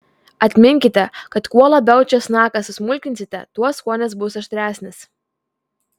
atminkite kad kuo labiau česnaką susmulkinsite tuo skonis bus aštresnis